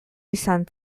izan